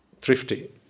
thrifty